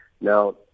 Now